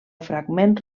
fragment